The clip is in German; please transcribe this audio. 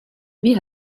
wie